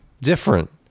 Different